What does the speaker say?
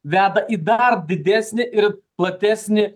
veda į dar didesnį ir platesnį